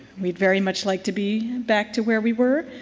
we very much like to be back to where we were.